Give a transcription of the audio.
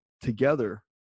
together